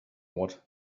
what